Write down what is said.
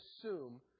assume